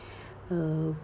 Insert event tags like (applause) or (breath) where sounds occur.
(breath) err